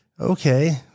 okay